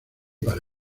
para